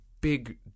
big